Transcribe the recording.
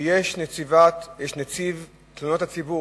שיש נציב תלונות הציבור,